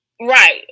right